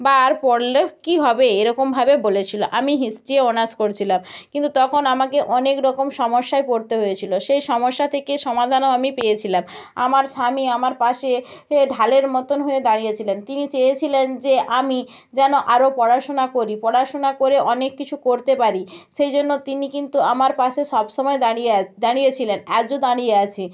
বা আর পড়লেও কী হবে এরকমভাবে বলেছিল আমি হিস্ট্রি অনার্স করছিলাম কিন্তু তখন আমাকে অনেকরকম সমস্যায় পড়তে হয়েছিল সেই সমস্যা থেকে সমাধানও আমি পেয়েছিলাম আমার স্বামী আমার পাশে এ ঢালের মতন হয়ে দাঁড়িয়েছিলেন তিনি চেয়েছিলেন যে আমি যেন আরও পড়াশুনা করি পড়াশুনা করে অনেক কিছু করতে পারি সেই জন্য তিনি কিন্তু আমার পাশে সবসময় দাঁড়িয়ে দাঁড়িয়ে ছিলেন আজও দাঁড়িয়ে আছে